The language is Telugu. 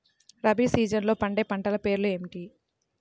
రబీ సీజన్లో పండే పంటల పేర్లు ఏమిటి?